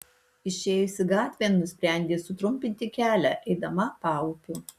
išėjusi gatvėn nusprendė sutrumpinti kelią eidama paupiu